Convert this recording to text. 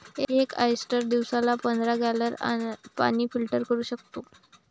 एक ऑयस्टर दिवसाला पंधरा गॅलन पाणी फिल्टर करू शकतो